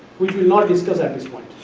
which will not discuss at this point.